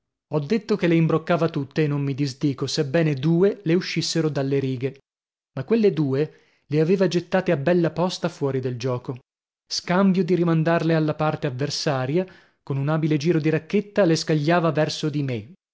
ho detto che le imbroccava tutte e non mi disdico sebbene due le uscissero dalle righe ma quelle due le aveva gettate a bella posta fuori del giuoco scambio di rimandarle alla parte avversaria con un abile giro di racchetta le scagliava verso di me